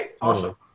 awesome